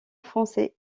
français